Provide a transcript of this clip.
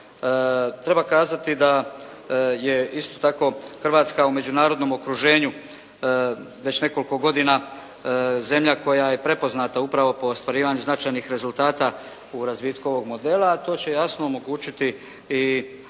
treba kazati da je isto tako Hrvatska u međunarodnom okruženju već nekoliko godina zemlja koja je prepoznato upravo po ostvarivanju značajnih rezultata u razvitku ovog modela, a to će jasno omogućiti i to